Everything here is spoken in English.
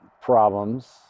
problems